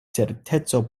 certeco